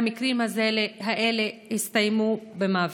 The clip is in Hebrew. מהמקרים האלה הסתיימו במוות.